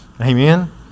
Amen